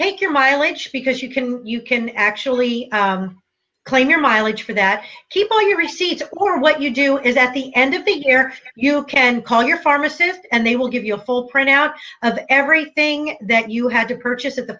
take your mileage because you can you can actually claim your mileage for that people you received or what you do is at the end of the year you can call your pharmacist and they will give you a full printout of everything that you had to purchase at the